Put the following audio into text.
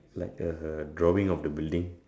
like a drawing of the building